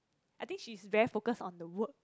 I think she's very focus on the work